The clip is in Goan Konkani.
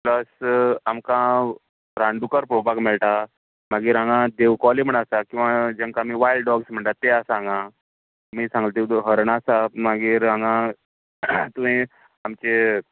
प्लस आमकां रान दुकर पळोवपाक मेळटा मागीर हांगा देव कोले म्हणून आसा किंवां जेंका आमी वायल्ड डोग्स म्हणटा ते आसा हांगा आमी सांगला तेतूंत हरणां आसा मागीर हांगा तुवें आमचे